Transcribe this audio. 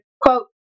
quote